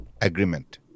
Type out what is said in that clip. agreement